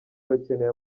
bakeneye